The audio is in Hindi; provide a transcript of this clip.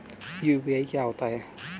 यू.पी.आई क्या होता है?